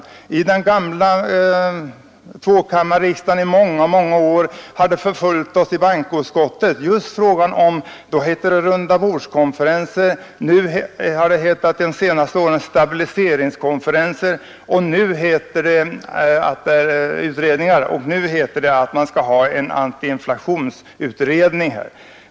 Under den gamla tvåkammarriksdagen förföljde det oss i bankoutskottet under många år. Då hette det rundabordskonferenser. Under senare år har det fått namnet stabiliseringsutredning. Nu heter det således antiinflationsutredning.